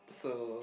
so